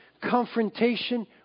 confrontation